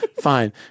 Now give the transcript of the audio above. fine